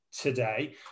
today